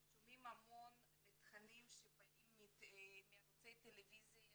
הם שומעים המון לתכנים שבאים מערוצי טלוויזיה